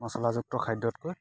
মচলাযুক্ত খাদ্যতকৈ